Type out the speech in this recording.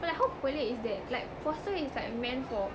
but like how pelik is that like puasa is like meant for